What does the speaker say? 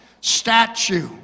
statue